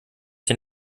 den